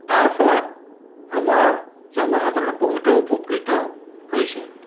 তাৰ ফলত আমাৰ জনসাধাৰণে বহুতো উপকৃত হৈছে